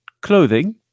clothing